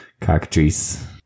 cockatrice